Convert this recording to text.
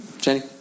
Jenny